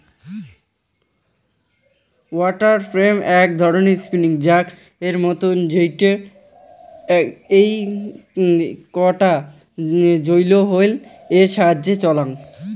water frame এক ধরণের spinning জাক এর মতন যেইটো এইকটা জলীয় হুইল এর সাহায্যে চলাং